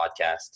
podcast